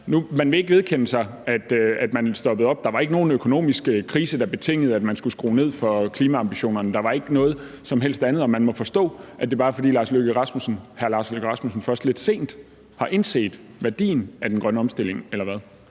Man vil ikke vedkende sig, at man stoppede op. Der var ikke nogen økonomisk krise, der betingede, at man skulle skrue ned for klimaambitionerne, og der var ikke noget som helst andet, der gjorde det. Vi må forstå, at det bare er, fordi hr. Lars Løkke Rasmussen først lidt sent har indset værdien af den grønne omstilling